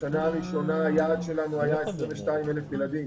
בשנה הראשונה היעד שלנו היה 22,000 ילדים.